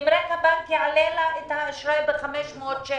אם רק הבנק יעלה לה את האשראי ב-500 שקל.